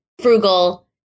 frugal